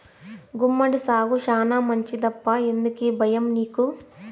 గుమ్మడి సాగు శానా మంచిదప్పా ఎందుకీ బయ్యం నీకు